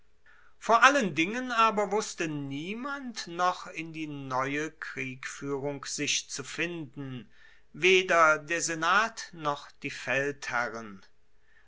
vor allen dingen aber wusste niemand noch in die neue kriegfuehrung sich zu finden weder der senat noch die